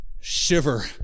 shiver